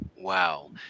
wow